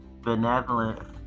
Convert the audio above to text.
benevolent